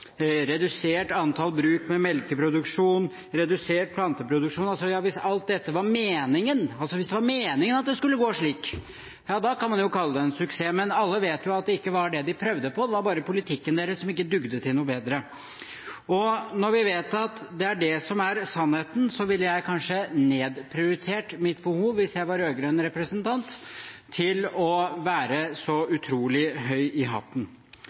redusert jordbruksareal, redusert kornareal, redusert selvforsyningsgrad, redusert antall bruk med melkeproduksjon, redusert planteproduksjon – alt dette – var meningen, hvis det var meningen at det skulle gå slik, kan man jo kalle det en suksess. Men alle vet jo at det ikke var det de prøvde på, det var bare politikken deres som ikke dugde til noe bedre. Når vi vet at det er det som er sannheten, ville jeg kanskje nedprioritert mitt behov, hvis jeg var rød-grønn representant, for å være så utrolig høy i